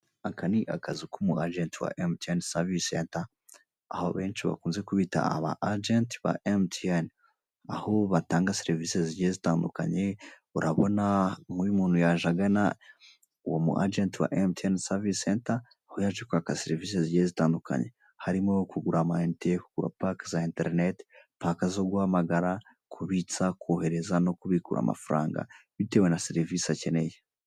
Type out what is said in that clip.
Aka ni akazu ku mu agenti wa MTN serivise senta. Aho benshi bakunda kubita aba agenti ba MTN. Aho bagenda batanga serivise zigiye zitandukanye urabona nk'uyu muntu yaje agana umu agenti wa MTN serivise senta kwaka serivise zigiye zitandukanye harimo kugura amayinite, kugura pake za interinete, pake zo guhamagara, kubitsa, kohereza, no kubikura amafaranga bitewe na serivise.